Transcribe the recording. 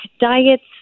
Diets